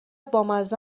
بامزه